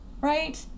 Right